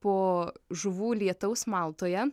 po žuvų lietaus maltoje